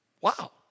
Wow